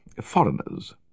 foreigners